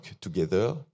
together